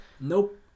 nope